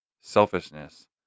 selfishness